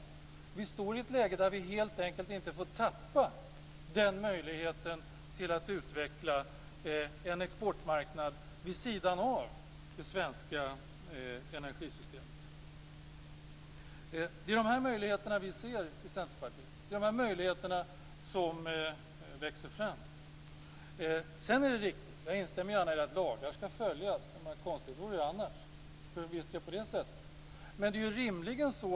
Vi befinner oss i ett läge där vi helt enkelt inte får tappa den möjligheten till att utveckla en exportmarknad vid sidan av det svenska energisystemet. Det är framväxandet av dessa möjligheter som vi i Centerpartiet ser. Jag instämmer gärna i att lagar skall följas, konstigt vore det annars.